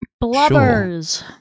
Blubbers